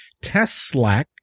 Tesla